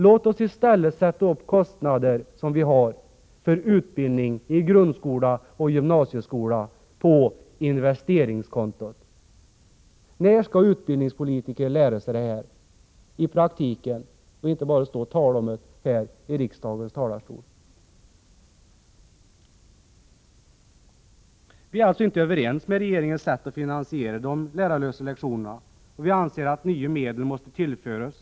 Låt oss i stället föra upp kostnaderna för utbildning i grundskola och gymnasieskola på investeringskontot! När skall utbildningspolitiker lära sig detta i praktiken och inte bara stå och tala om det här i riksdagens talarstol? Vi är alltså inte överens med regeringen om hur borttagandet av de lärarlösa lektionerna skall finansieras. Vi anser att nya medel måste tillföras.